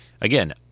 again